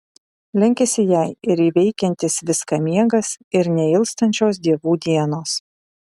lenkiasi jai ir įveikiantis viską miegas ir neilstančios dievų dienos